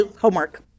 Homework